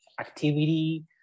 activity